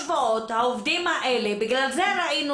שלושה שבועות העובדים האלה בגלל זה ראינו